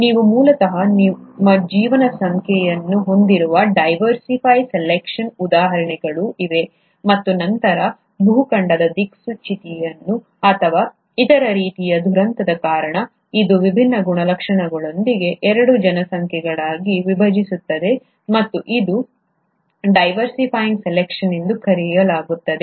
ನೀವು ಮೂಲತಃ ನಿಮ್ಮ ಜನಸಂಖ್ಯೆಯನ್ನು ಹೊಂದಿರುವ ಡೈವರ್ಸಿಫ್ಯಿಂಗ್ ಸೆಲೆಕ್ಷನ್ ಉದಾಹರಣೆಗಳೂ ಇವೆ ಮತ್ತು ನಂತರ ಭೂಖಂಡದ ದಿಕ್ಚ್ಯುತಿ ಅಥವಾ ಇತರ ರೀತಿಯ ದುರಂತದ ಕಾರಣ ಇದು ವಿಭಿನ್ನ ಗುಣಲಕ್ಷಣಗಳೊಂದಿಗೆ ಎರಡು ಜನಸಂಖ್ಯೆಗಳಾಗಿ ವಿಭಜಿಸುತ್ತದೆ ಮತ್ತು ಅದನ್ನು ಡೈವರ್ಸಿಫ್ಯಿಂಗ್ ಸೆಲೆಕ್ಷನ್ ಎಂದು ಕರೆಯಲಾಗುತ್ತದೆ